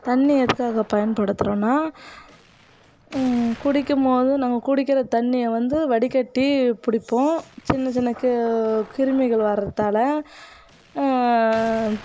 தண்ணி எதுக்காக பயன்படுத்துகிறோனா குடிக்கும்போது நாங்கள் குடிக்கிற தண்ணியை வந்து வடிகட்டி பிடிப்போம் சின்ன சின்ன கி கிருமிகள் வரத்தால்